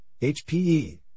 HPE